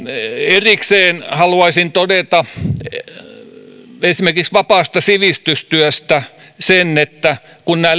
erikseen haluaisin todeta esimerkiksi vapaasta sivistystyöstä sen että kun nämä